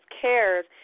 cares